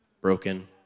broken